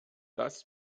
das